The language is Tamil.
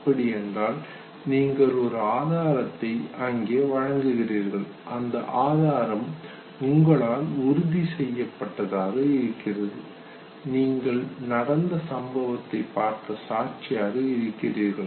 அப்படியென்றால் நீங்கள் ஒரு ஆதாரத்தை அங்கே வழங்குகிறீர்கள் அந்த ஆதாரம் உங்களால் உறுதி செய்யப்பட்டதாக இருக்கிறது நீங்கள் நடந்த சம்பவத்தை பார்த்த சாட்சியாக இருக்கிறீர்கள்